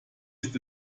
ist